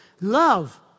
Love